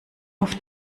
auf